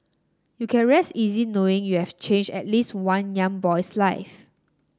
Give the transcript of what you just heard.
you can rest easy knowing you have changed at least one young boy's life